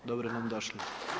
Dobro nam došli.